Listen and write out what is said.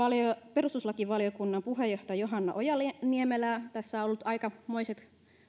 perustuslakivaliokunnan puheenjohtaja johanna ojala niemelää tässä on ollut aikamoiset